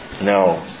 No